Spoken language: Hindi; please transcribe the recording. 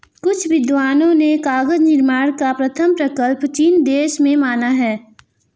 कुछ विद्वानों ने कागज निर्माण का प्रथम प्रकल्प चीन देश में माना है